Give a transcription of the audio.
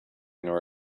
nor